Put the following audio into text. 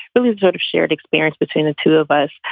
but we sort of shared experience between the two of us.